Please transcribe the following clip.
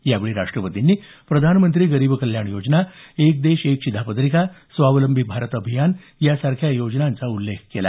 यावेळी राष्टपतींनी प्रधानमंत्री गरीब कल्याण योजना एक देश एक शिधापत्रिका स्वावलंबी भारत अभियान यासारख्या योजनांचा उल्लेख केला